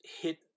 hit